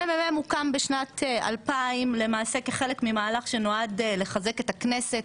המ.מ.מ הוקם בשנת 2000 כחלק ממהלך שנועד לחזק את הכנסת,